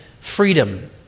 freedom